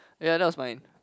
ya that was mine